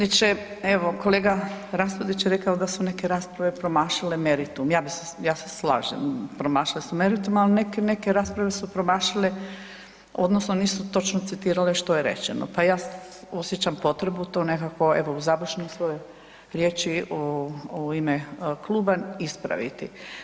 inače evo kolega Raspudić je rekao da su neke rasprave promašile meritum, ja se slažem, promašile su meritum ali neke rasprave su promašile odnosno nisu točno citirale što je rečeno, pa ja osjećam potrebu to nekako evo u završnoj svojoj riječi u ime Kluba ispraviti.